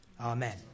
Amen